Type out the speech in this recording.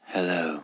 Hello